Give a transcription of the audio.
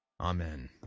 Amen